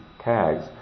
tags